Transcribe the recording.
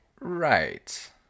Right